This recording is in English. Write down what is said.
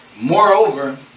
moreover